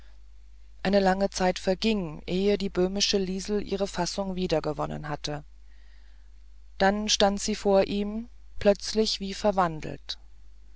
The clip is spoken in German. eine lange zeit verging ehe die böhmische liesel ihre fassung wiedergewonnen hatte dann stand sie vor ihm plötzlich wie verwandelt